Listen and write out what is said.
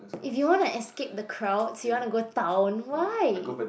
if you wanna escape the crowds you wanna go town why